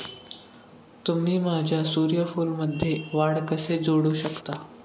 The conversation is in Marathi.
तुम्ही माझ्या सूर्यफूलमध्ये वाढ कसे जोडू शकता?